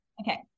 Okay